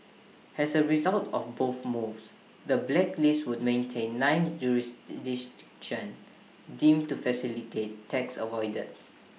as A result of both moves the blacklist would maintain nine deemed to facilitate tax avoidance